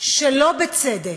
שלא בצדק,